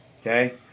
Okay